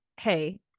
hey